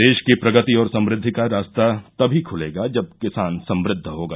देश की प्रगति और समृद्धि का रास्ता तमी खुलेगा जब किसान समृद्व होगा